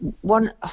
one